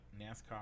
NASCAR